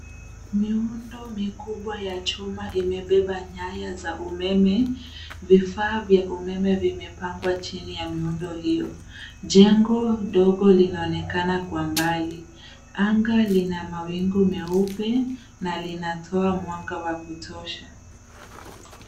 Miundo mikubwa ya chuma imebeba nyaya za umeme, vifaa vya umeme vimepangwa chini ya miundo hiyo. Jengo dogo linaonekana kwa mbali. Anga lina mawingu meupe na linatoa mwanga wa kutosha.